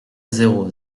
zéro